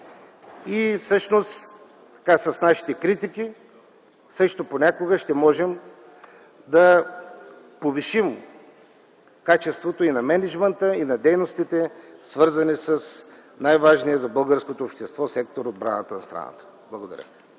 и всъщност с нашите критики също понякога ще можем да повишим качеството и на мениджмънта, и на дейностите, свързани с най-важния за българското общество сектор „Отбраната на страната”. Благодаря.